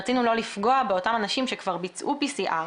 רצינו לא לפגוע באותם אנשים שכבר ביצעו PCR,